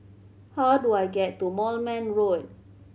how do I get to Moulmein Road